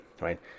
right